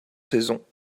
saisons